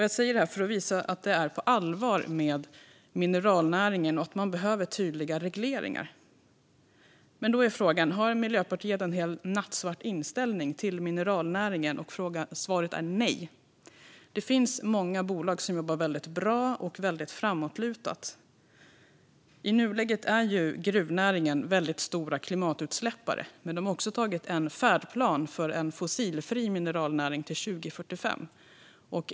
Jag säger detta för att visa att det är på allvar när det gäller mineralnäringen och att tydliga regleringar behövs. Frågan är om Miljöpartiet har en helt nattsvart inställning till mineralnäringen. Svaret är nej. Det finns många bolag som jobbar väldigt bra och framåtlutat. I nuläget är gruvnäringen stora klimatutsläppare, men de har också antagit en färdplan för en fossilfri mineralnäring till 2045.